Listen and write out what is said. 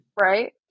Right